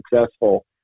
successful